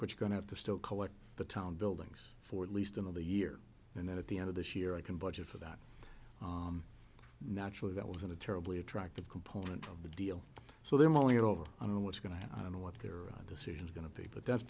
but you're going to have to still collect the town buildings for at least another year and then at the end of this year i can budget for that naturally that was a terribly attractive component of the deal so there mulling it over i don't know what's going to i don't know what their decisions going to pick but that's